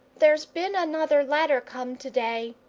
there's bin another letter come to-day,